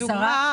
לעכשיו.